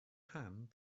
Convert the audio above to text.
hand